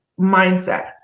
Mindset